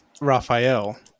Raphael